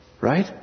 Right